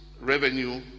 revenue